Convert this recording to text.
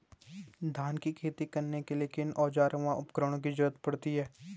धान की खेती करने के लिए किन किन उपकरणों व औज़ारों की जरूरत पड़ती है?